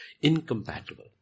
Incompatible